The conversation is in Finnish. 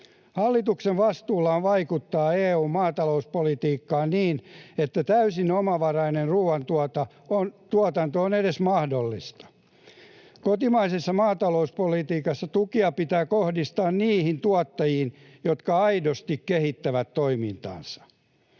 Hallituksen vastuulla on vaikuttaa EU:n maatalouspolitiikkaan niin, että täysin omavarainen ruuantuotanto on edes mahdollista. Kotimaisessa maatalouspolitiikassa tukia pitää kohdistaa niihin tuottajiin, jotka aidosti kehittävät toimintaansa,